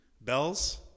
Bells